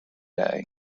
day